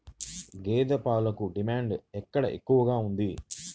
గేదె పాలకు డిమాండ్ ఎక్కడ ఎక్కువగా ఉంది?